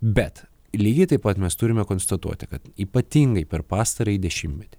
bet lygiai taip pat mes turime konstatuoti kad ypatingai per pastarąjį dešimmetį